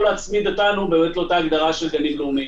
או להצמיד אותנו לאותה הגדרה של גנים לאומיים.